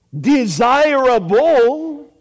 desirable